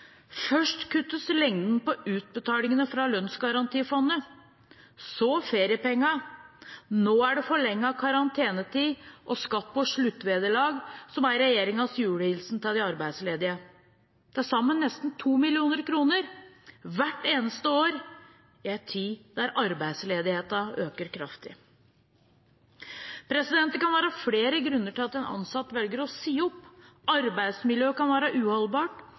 Først kuttes lengden på utbetalingene fra Lønnsgarantifondet, så feriepengene, nå er det forlenget karantenetid og skatt på sluttvederlag som er regjeringens julehilsen til de arbeidsledige – til sammen nesten 2 mill. kr hvert eneste år i en tid da arbeidsledigheten øker kraftig. Det kan være flere grunner til at en ansatt velger å si opp. Arbeidsmiljøet kan være uholdbart,